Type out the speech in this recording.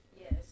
Yes